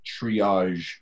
triage